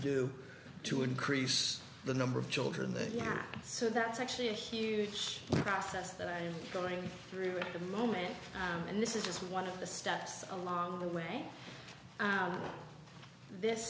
do to increase the number of children that you are so that's actually a huge process that i'm going through at the moment and this is one of the steps along the way this